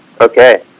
okay